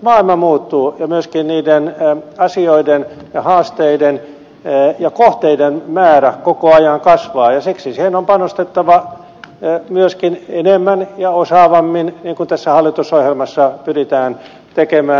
mutta maailma muuttuu ja myöskin niiden asioiden ja haasteiden ja kohteiden määrä koko ajan kasvaa ja siksi niihin on panostettava myöskin enemmän ja osaavammin niin kuin tässä hallitusohjelmassa pyritään tekemään